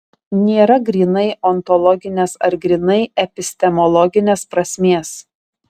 nėra grynai ontologinės ar grynai epistemologinės prasmės